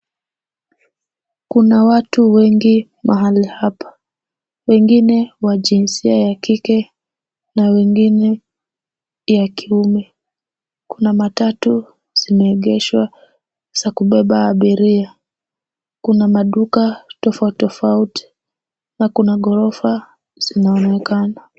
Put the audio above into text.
Kuna watu wengi mahali hapa, wengine wa jinsia ya kike na wengine ya kiume. Kuna matatu zimeegeshwa za kubeba abiria, kuna maduka tofauti tofauti na kuna ghorofa zinaonekana.